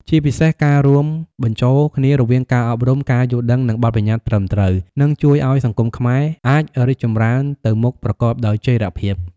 ជាពិសេសការរួមបញ្ចូលគ្នារវាងការអប់រំ ការយល់ដឹង និងបទប្បញ្ញត្តិត្រឹមត្រូវ នឹងជួយឲ្យសង្គមខ្មែរអាចរីកចម្រើនទៅមុខប្រកបដោយចីរភាព ។